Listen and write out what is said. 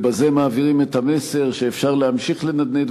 ובזה מעבירים את המסר שאפשר להמשיך לנדנד